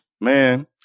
Man